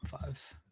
five